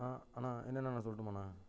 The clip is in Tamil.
ஆ அண்ணா என்னென்ன நான் சொல்லட்டுமாண்ணா